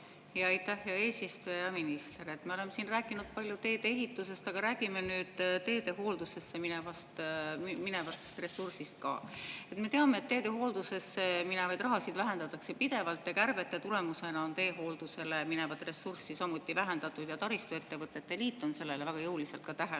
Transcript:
hea eesistuja! Hea minister! Me oleme siin rääkinud palju teedeehitusest, aga räägime nüüd teede hooldusesse minevast ressursist ka. Me teame, et teede hooldusesse minevat raha vähendatakse pidevalt ja kärbete tulemusena on samuti teehooldusele minevat ressurssi vähendatud. Taristuettevõtete liit on sellele väga jõuliselt